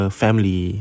family